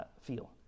feel